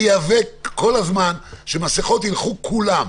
אאבק כל הזמן שמסכות ילכו כולם,